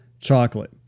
chocolate